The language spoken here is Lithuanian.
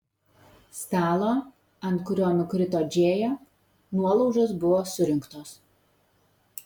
stalo ant kurio nukrito džėja nuolaužos buvo surinktos